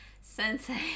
Sensei